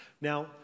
Now